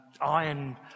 iron